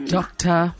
Doctor